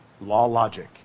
Law-logic